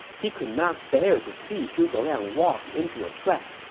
he could not bear to see zhuge liang walk into a trap,